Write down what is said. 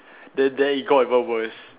then then it got even worse